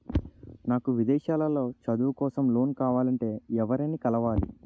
నాకు విదేశాలలో చదువు కోసం లోన్ కావాలంటే ఎవరిని కలవాలి?